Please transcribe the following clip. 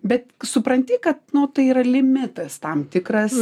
bet supranti kad tai yra limitas tam tikras